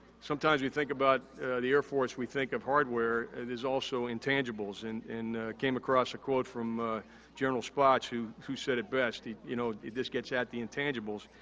sometimes we think about the air force, we think of hardware. there's also intangibles. and, i came across a quote from general spaatz who who said it best, you know, it just gets at the intangibles.